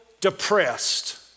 depressed